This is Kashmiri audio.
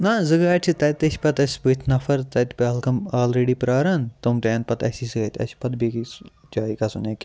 نہَ زٕ گاڑِ چھِ تَتہِ چھِ پَتہٕ اَسہِ بٕتھ نَفَر تَتہِ پہلگام آلریٚڈی پیاران تِم تہِ یِن پَتہٕ اَسے سۭتۍ اَسہِ چھُ پَتہٕ بیٚکِس جایہِ گَژھُن اَکہِ